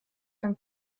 lang